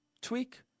tweak